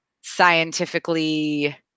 scientifically